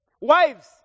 Wives